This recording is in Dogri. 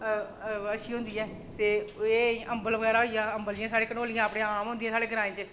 ते बड़ी अच्छी होंदी ऐ ते एह् अम्बल बगैरा होई गेआ जि'यां साढ़े घंडोलियां बड़ियां आम होंदियां साढ़े ग्रांऽ च